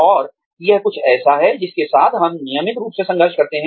और यह कुछ ऐसा है जिसके साथ हम नियमित रूप से संघर्ष करते हैं